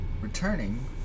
returning